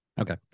Okay